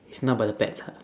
it's not about the pets ah